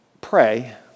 Pray